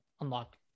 unlock